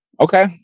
Okay